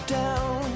down